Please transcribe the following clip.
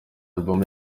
album